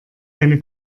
eine